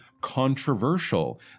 controversial